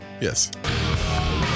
Yes